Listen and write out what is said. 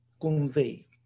convey